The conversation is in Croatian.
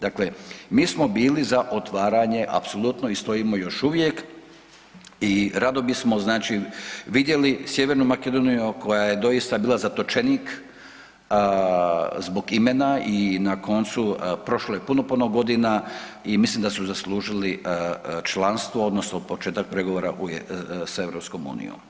Dakle, mi smo bili za otvaranje apsolutno i stojimo još uvijek i rado bismo znači vidjeli Sjevernu Makedoniju koja je doista bila zatočenik zbog imena i na koncu prošlo je puno, puno godina i mislim da su zaslužili članstvo odnosno početak pregovora u, s EU.